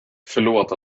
förlåt